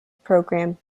programme